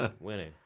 winning